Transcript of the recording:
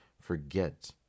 forget